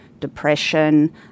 depression